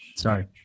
sorry